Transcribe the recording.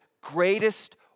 greatest